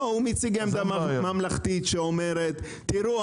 הוא מציג עמדה ממלכתית שאומרת: תראו,